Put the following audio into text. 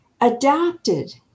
adapted